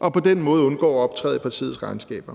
og på den måde undgår at optræde i partiets regnskaber.